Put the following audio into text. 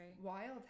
wild